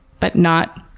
but not